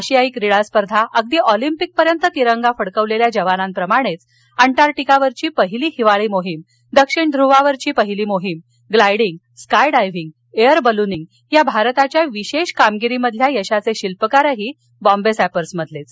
आशियायी क्रीडास्पर्धा ऑलिंपिकपर्यंत तिरंगा फडकविलेल्या जवानाप्रमाणेच अंटारटिकावरील पहिली हिवाळी मोहीम दक्षिण धृवावरील पहिली मोहीम gliding sky diving air ballooning या भारताच्या विशेष कामगिरीमधील यशाचे शिल्पकारही बॉम्बे सॅपर्सचेच